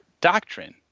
doctrine